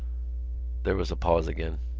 there was a pause again.